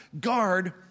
guard